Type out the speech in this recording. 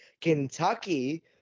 Kentucky